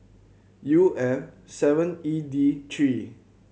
U F seven E D three